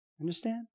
Understand